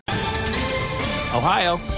Ohio